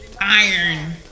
iron